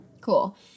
Cool